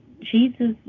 Jesus